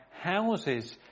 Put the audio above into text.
houses